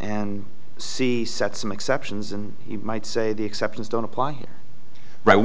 and see set some exceptions and might say the exceptions don't apply right we